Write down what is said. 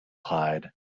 hide